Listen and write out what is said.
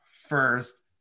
first